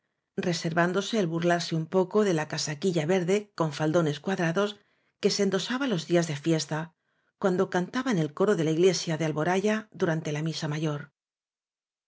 reservándose el burlarse un poco de la casaquilla verdé con faldones cuadrados que se endosaba los días de fiesta cuando cantaba en el coro de la iglesia de alboraya durante la misa mayor